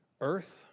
Earth